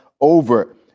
Over